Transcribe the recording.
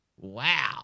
Wow